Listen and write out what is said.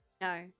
No